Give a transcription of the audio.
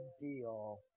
deal